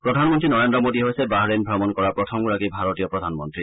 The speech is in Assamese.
প্ৰধান মন্নী নৰেন্দ্ৰ মোডী হৈছে বাহৰেইন ভ্ৰমণ কৰা প্ৰথমগৰাকী ভাৰতীয় প্ৰধান মন্ত্ৰী